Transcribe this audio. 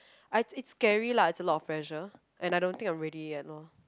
I it's scary lah a lot of pressure and I don't think I'm ready yet loh